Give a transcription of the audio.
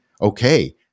okay